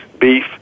beef